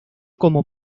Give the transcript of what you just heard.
como